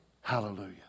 hallelujah